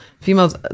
females